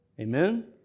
amen